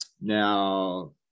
Now